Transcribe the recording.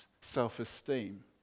self-esteem